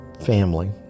family